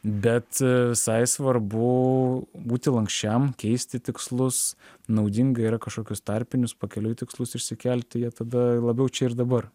bet visai svarbu būti lanksčiam keisti tikslus naudinga yra kažkokius tarpinius pakeliui tikslus išsikelti jie tada labiau čia ir dabar